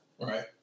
Right